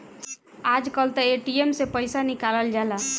आजकल तअ ए.टी.एम से पइसा निकल जाला